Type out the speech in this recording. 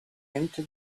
into